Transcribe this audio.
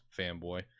fanboy